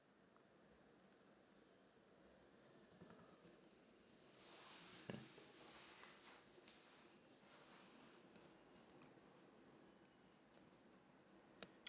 mm